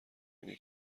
اینه